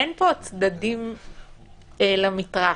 אין פה צדדים למתרס,